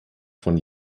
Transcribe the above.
von